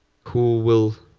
who will